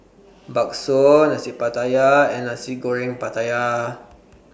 Bakso Nasi Pattaya and Nasi Goreng Pattaya